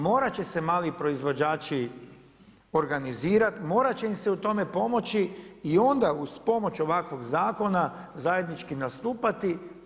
Morat će se mali proizvođači organizirati, morat će im se u tome pomoći i onda uz pomoć ovakvog zakona zajednički nastupati.